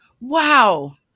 Wow